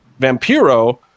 Vampiro